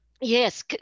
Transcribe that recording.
yes